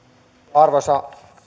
arvoisa